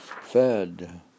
fed